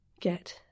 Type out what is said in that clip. get